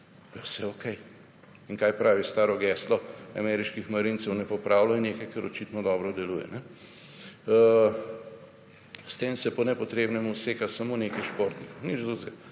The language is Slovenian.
je vse okej. Kaj pravi staro geslo ameriških marincev? »Ne popravljan nekaj, kar očitno dobro deluje.« S tem se po nepotrebnem useka samo nekaj športnikov in nič